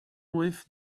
with